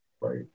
Right